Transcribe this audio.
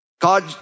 God